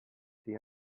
see